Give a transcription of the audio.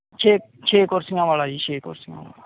ਛੇ ਛੇ ਕੁਰਸੀਆਂ ਵਾਲਾ ਜੀ ਛੇ ਕੁਰਸੀਆਂ ਵਾਲਾ